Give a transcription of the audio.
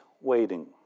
waiting